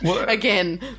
again